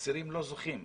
אסירים לא זוכים להם.